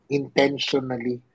intentionally